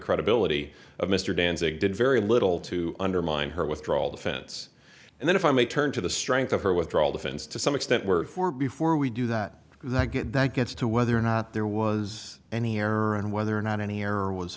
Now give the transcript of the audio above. credibility of mr danzig did very little to undermine her withdrawal defense and then if i may turn to the strength of her withdrawal defense to some extent we're for before we do that that get that gets to whether or not there was any error and whether or not any error was